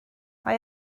mae